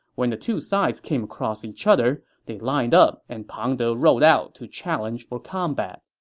when the two sides came across each other, they lined up and pang de rode out to challenge for combat